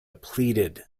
pleaded